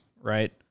right